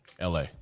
LA